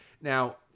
Now